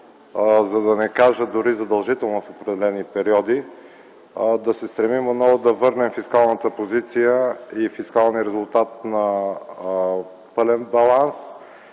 за да не кажа дори задължително в определени периоди, да се стремим отново да върнем фискалната позиция и фискалния резултат на пълен баланс.